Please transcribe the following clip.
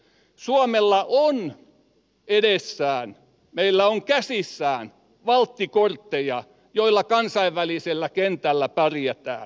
suomella on edessään meillä on käsissämme valttikortteja joilla kansainvälisellä kentällä pärjätään